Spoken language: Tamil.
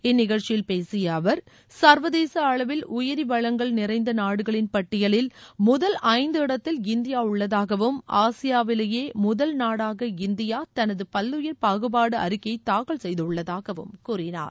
இந்நிகழ்ச்சியில் பேசிய அவர் சா்வதேச அளவில் உயிரி வளங்கள் நிறைந்த நாடுகளின் பட்டியவில் முதல் ஐந்து இடத்தில் இந்தியா உள்ளதாகவும் ஆசியாவிலேயே முதல் நாடாக இந்தியா தனது பல்லுயிர் பாகுபாடு அறிக்கையை தாக்கல் செய்துள்ளதாகவும் கூறினார்